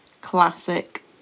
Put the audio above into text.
classic